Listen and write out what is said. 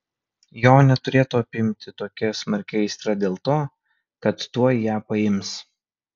jo neturėtų apimti tokia smarki aistra dėl to kad tuoj ją paims